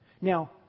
Now